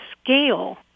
scale